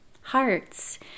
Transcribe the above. Hearts